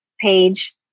page